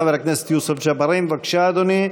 חבר הכנסת יוסף ג'בארין, בבקשה, אדוני.